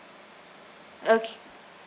okay